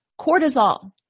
Cortisol